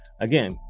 again